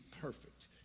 perfect